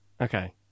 Okay